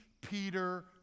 Peter